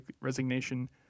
resignation